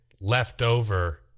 leftover